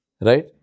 Right